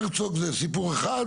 באזור הביקוש זו לא חכמה.